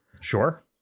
sure